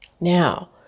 Now